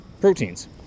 proteins